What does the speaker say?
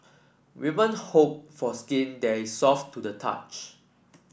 hope for skin that is soft to the touch